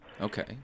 Okay